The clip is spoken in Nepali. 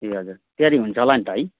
ए हजुर तयारी हुन्छ होला नि त है